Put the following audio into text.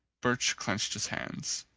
birch clenched his hands.